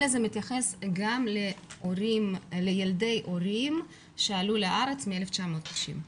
אלא זה מתייחס גם לילדי עולים שעלו לארץ מ-1990.